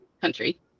country